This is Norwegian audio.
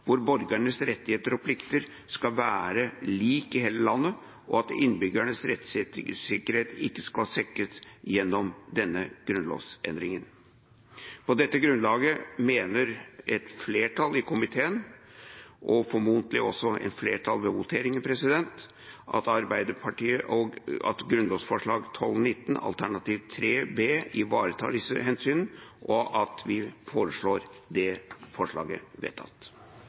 innbyggernes rettssikkerhet ikke skal svekkes gjennom denne grunnlovsendringen. På dette grunnlaget mener et flertall i komiteen, og formodentlig også et flertall ved voteringen, at grunnlovsforslag 19, Dokument 12:19 for 2011–2012, alternativ 3 B, ivaretar disse hensyn, og vi foreslår det forslaget vedtatt.